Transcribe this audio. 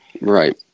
Right